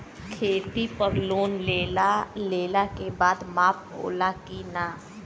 खेती पर लोन लेला के बाद माफ़ होला की ना?